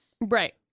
Right